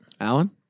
Alan